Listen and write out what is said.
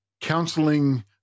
counseling